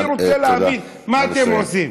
אני רוצה להבין מה אתם עושים.